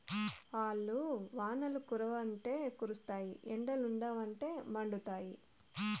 ఆల్లు వానలు కురవ్వంటే కురుస్తాయి ఎండలుండవంటే మండుతాయి